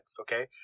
Okay